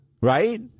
Right